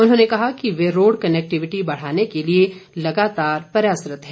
उन्होंने कहा कि वे रोड कनेक्टिविटी बढ़ाने के लिए लगातार प्रयासरत है